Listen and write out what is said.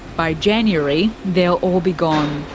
by january they'll all be gone.